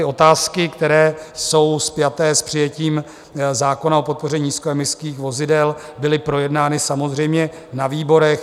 Otázky, které jsou spjaté s přijetím zákona o podpoře nízkoemisních vozidel, byly projednány samozřejmě na výborech.